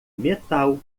metal